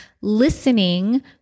listening